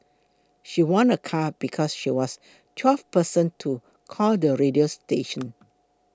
she won a car because she was twelfth person to call the radio station